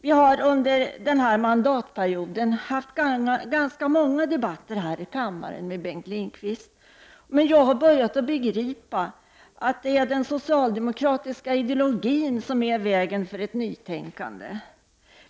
Vi har under denna mandatperiod haft ganska många debatter här i kammaren med Bengt Lindqvist, och jag har börjat begripa att det är den socialdemokratiska ideologin som är i vägen för ett nytänkande.